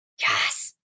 Yes